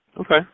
okay